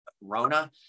Rona